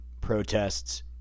protests